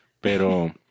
Pero